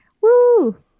Woo